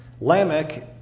Lamech